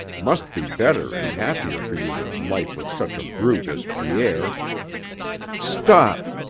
must be better and happier for you than life with such a brute as pierre stop!